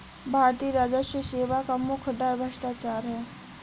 भारतीय राजस्व सेवा का मुख्य डर भ्रष्टाचार है